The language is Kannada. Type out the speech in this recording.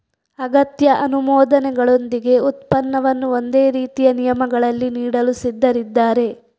ಅಗತ್ಯ ಅನುಮೋದನೆಗಳೊಂದಿಗೆ ಉತ್ಪನ್ನವನ್ನು ಒಂದೇ ರೀತಿಯ ನಿಯಮಗಳಲ್ಲಿ ನೀಡಲು ಸಿದ್ಧರಿದ್ದಾರೆ